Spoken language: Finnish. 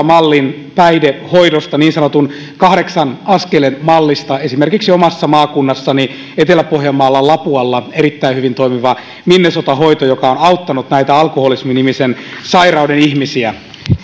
mallin päihdehoidosta niin sanotusta kahdeksan askelen mallista esimerkiksi omassa maakunnassani etelä pohjanmaalla lapualla on erittäin hyvin toimiva minnesota hoito joka on auttanut näitä alkoholismi nimisen sairauden ihmisiä